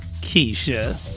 Keisha